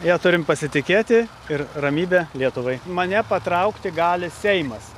ja turim pasitikėti ir ramybė lietuvai mane patraukti gali seimas